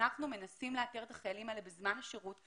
אנחנו מנסים לאתר את החיילים האלה בזמן השירות,